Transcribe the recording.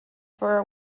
for